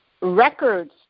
records